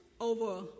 over